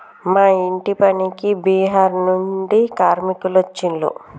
మా ఇంటి పనికి బీహార్ నుండి కార్మికులు వచ్చిన్లు